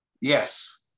Yes